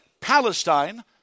Palestine